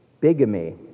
bigamy